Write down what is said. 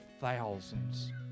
thousands